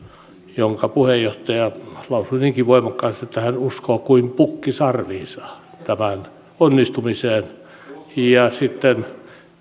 jonka puheenjohtaja lausui niinkin voimakkaasti että hän uskoo kuin pukki sarviinsa tämän onnistumiseen ja sitten